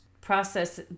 process